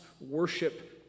worship